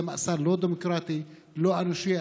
זה מאסר לא דמוקרטי, לא אנושי.